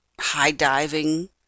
high-diving